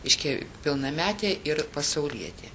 reiškia pilnametė ir pasaulietė